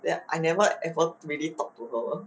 that I never ever really talk to her